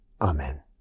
Amen